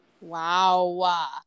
Wow